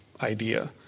idea